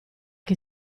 che